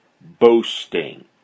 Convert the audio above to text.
boasting